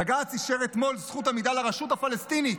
בג"ץ אישר אתמול זכות עמידה לרשות הפלסטינית,